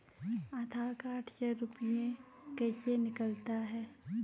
आधार कार्ड से रुपये कैसे निकलता हैं?